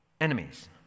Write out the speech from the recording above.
Enemies